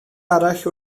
arall